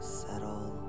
settle